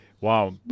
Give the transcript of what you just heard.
Wow